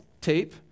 tape